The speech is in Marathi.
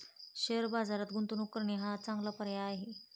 शेअर बाजारात गुंतवणूक करणे हा एक चांगला पर्याय आहे